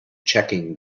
checking